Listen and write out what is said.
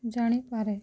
ଜାଣିପାରେ